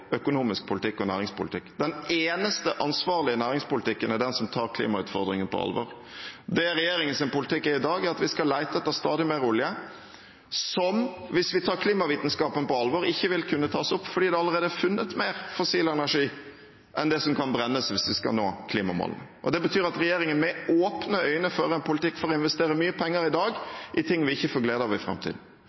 økonomisk politikk og næringspolitikk. Den eneste ansvarlige næringspolitikken er den som tar klimautfordringen på alvor. Regjeringens politikk i dag er at vi skal lete etter stadig mer olje, som, hvis vi tar klimavitenskapen på alvor, ikke vil kunne tas opp fordi det allerede er funnet mer fossil energi enn det som kan brennes, hvis vi skal nå klimamålene. Det betyr at regjeringen med åpne øyne fører en politikk for å investere mye penger i dag i ting vi ikke får glede av i framtiden.